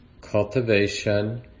cultivation